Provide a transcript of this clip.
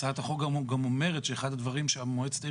הצעת החוק גם אומרת שאחד הדברים שמועצת העיר